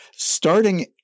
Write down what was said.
Starting